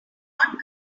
not